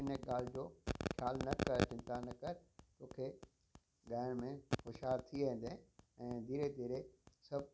ऐं इन ॻाल्हि जो ॻाल्हि न कर चिंता न कर तोखे ॻायण में होशियार थी वेंदे ऐं धीरे धीरे सभु